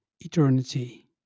eternity